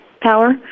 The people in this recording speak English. power